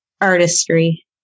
artistry